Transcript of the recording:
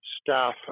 staff